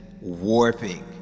warping